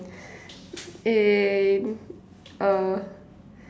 eh uh